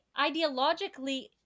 ideologically